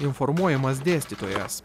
informuojamas dėstytojas